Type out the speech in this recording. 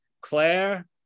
Claire